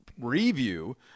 review